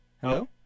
Hello